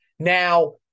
Now